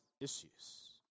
issues